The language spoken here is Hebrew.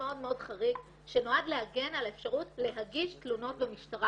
חריג שנועד להגן על האפשרות להגיש תלונות במשטרה,